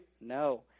No